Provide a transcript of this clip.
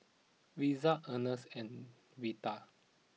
Risa Earnest and Reta